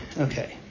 okay